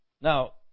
now